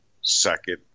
second